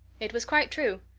it was quite true.